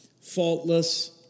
faultless